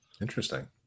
Interesting